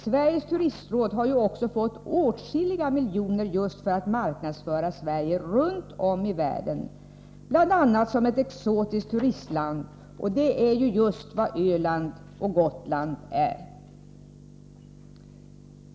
Sveriges turistråd har också fått åtskilliga miljoner just för att marknadsföra Sverige runt om i världen, bl.a. som ett exotiskt turistland, och det är just vad Öland och Gotland är.